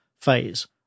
phase